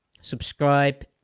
subscribe